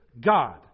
God